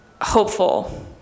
hopeful